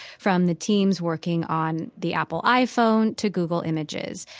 from the teams working on the apple iphone to google images.